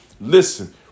Listen